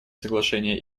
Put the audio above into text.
приглашение